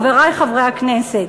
חברי חברי הכנסת,